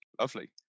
Lovely